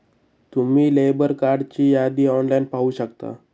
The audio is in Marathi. तुम्ही लेबर कार्डची यादी ऑनलाइन पाहू शकता